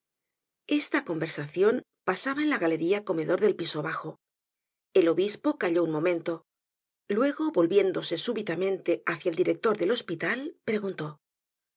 esta conversacion pasaba en la galería comedor del piso bajo el obispo calló un momento luego volviéndose súbitamente hácia el director del hospital preguntó